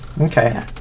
Okay